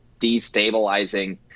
destabilizing